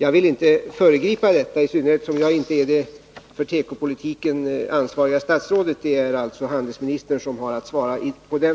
Jag vill inte föregripa detta, i synnerhet som jaginte är det för tekopolitiken ansvariga statsrådet; det är handelsministern som har att svara för den.